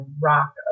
rock